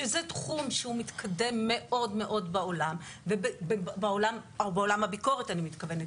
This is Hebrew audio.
שזה תחום שהוא מתקדם מאוד בעולם ובעולם הביקורת אני מתכוונת,